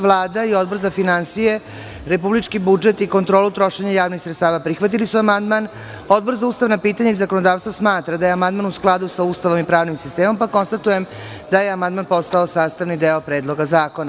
Vlada i Odbor za finansije, republički budžet i kontrola trošenje javnih sredstava prihvatili su amandman, a Odbor za ustavna pitanja i zakonodavstvo smatra da je amandman u skladu sa Ustavom i pravnim sistemom, pa konstatujem da je amandman postao sastavni deo Predloga zakona.